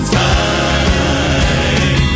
time